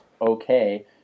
okay